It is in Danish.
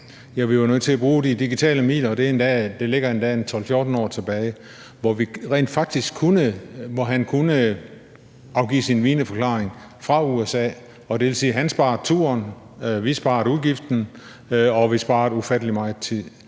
vi var nødt til at bruge de digitale medier, og det ligger endda 12-14 år tilbage, hvor han rent faktisk kunne afgive sin vidneforklaring fra USA, og det vil sige, at han sparede turen, og vi sparede udgiften, og vi sparede ufattelig meget tid.